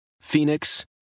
Phoenix